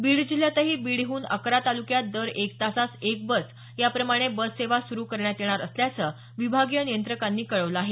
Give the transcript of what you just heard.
बीड जिल्ह्यातही बीडहून अकरा तालुक्यात दर एक तासास एक बस या प्रमाणे बस सेवा सुरू करण्यात येणार असल्याचं विभागीय नियंत्रकांनी कळवलं आहे